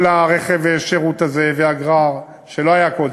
כל רכב השירות הזה והגרר, שלא היה קודם.